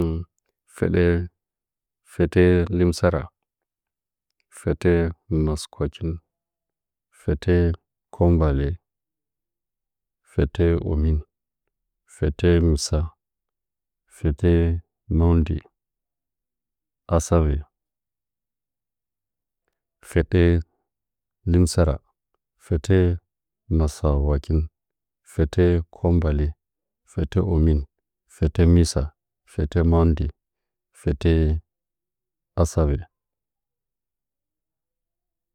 Fədə fətə lɨmsara, fətə maskwatin fətə kwanggwalə, fətə omin, fətə mɨsa fətə moundə asavə fətə lɨmsara fətə masəwakin, fətə kwanggwale fətə omin fətə misa fətə maundə fətə asavə